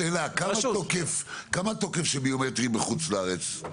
כמה תוקף של ביומטרי בחוץ לארץ?